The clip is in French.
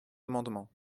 amendement